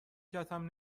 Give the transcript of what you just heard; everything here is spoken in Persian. کتم